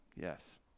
Yes